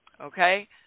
okay